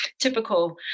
typical